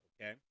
okay